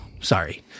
Sorry